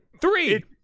Three